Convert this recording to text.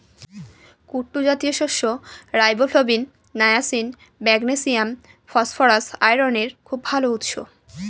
কুট্টু জাতীয় শস্য riboflavin, niacin, magnesium, phosphorus, আয়রনের খুব ভাল উৎস